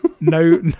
No